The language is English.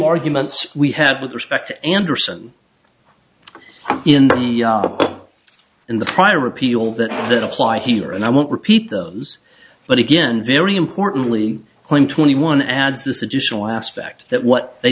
arguments we had with respect to anderson in the in the prior repeal that that apply here and i won't repeat those but again very importantly claim twenty one adds this additional aspect that what they